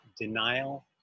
denial